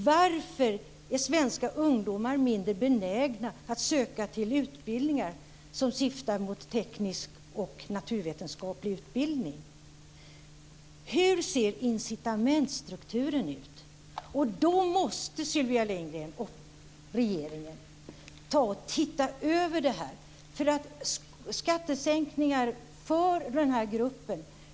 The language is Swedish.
Varför är svenska ungdomar mindre benägna att söka till utbildningar som syftar mot tekniskt och naturvetenskapligt område? Hur ser incitamentsstrukturen ut? Då måste Sylvia Lindgren och regeringen titta över skattesänkningar för den här gruppen.